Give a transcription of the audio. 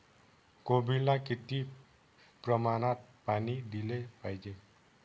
कोबीला किती प्रमाणात पाणी दिले पाहिजे?